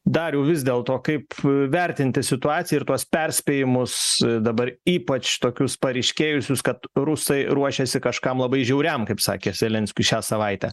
dariau vis dėl to kaip vertinti situaciją ir tuos perspėjimus dabar ypač tokius paryškėjusius kad rusai ruošėsi kažkam labai žiauriam kaip sakė zelenskiui šią savaitę